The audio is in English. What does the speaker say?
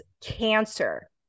cancer